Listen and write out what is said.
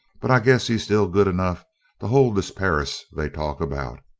but i guess he's still good enough to hold this perris they talk about.